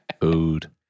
Food